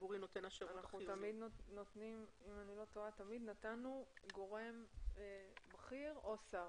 אם אני לא טועה, תמיד נתנו גורם בכיר או שר.